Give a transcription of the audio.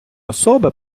особи